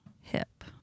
hip